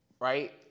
right